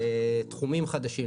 לתחומים חדשים,